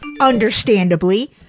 understandably